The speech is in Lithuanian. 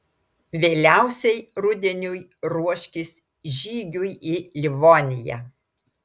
vėliausiai rudeniui ruoškis žygiui į livoniją